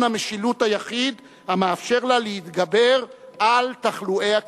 המשילות היחיד המאפשר לה להתגבר על תחלואי הכנסת.